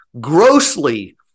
grossly